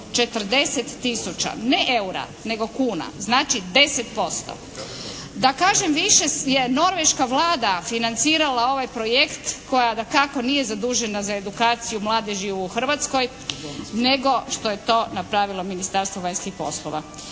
40 tisuća ne eura, nego kuna. Znači 10%. Da kažem više je Norveška Vlada financirala ovaj projekt koja dakako nije zadužena za edukaciju mladeži u Hrvatskoj, nego što je to napravilo Ministarstvo vanjskih poslova.